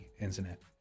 internet